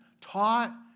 taught